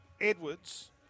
Edwards